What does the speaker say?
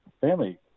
family